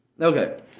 Okay